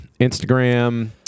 Instagram